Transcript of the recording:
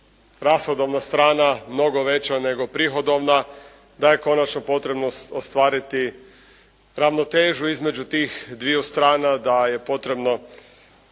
rashodovna strana mnogo veća nego prihodovna. Da je konačno potrebno ostvariti ravnotežu između tih dviju strana. Da je potrebno